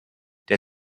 der